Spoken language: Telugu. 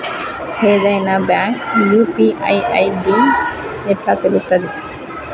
ఏదైనా బ్యాంక్ యూ.పీ.ఐ ఐ.డి ఎట్లా తెలుత్తది?